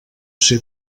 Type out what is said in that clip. ser